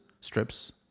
strips